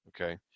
okay